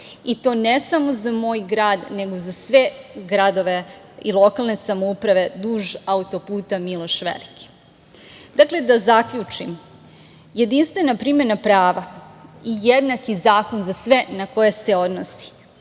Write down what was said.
i to ne samo za moj grad, nego za sve gradove i lokalne samouprave duž auto-puta „Miloš Veliki“.Dakle, da zaključim, jedinstvena primena prava i jednak zakon za sve na koje se odnosi